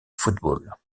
football